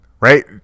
Right